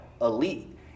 elite